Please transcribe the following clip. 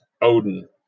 Odin